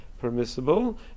permissible